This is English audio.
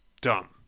dumb